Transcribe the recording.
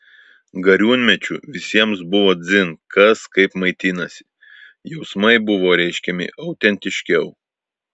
gariūnmečiu visiems buvo dzin kas kaip maitinasi jausmai buvo reiškiami autentiškiau